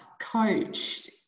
coached